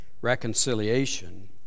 reconciliation